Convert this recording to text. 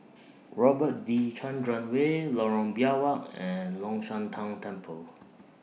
Robert V Chandran Way Lorong Biawak and Long Shan Tang Temple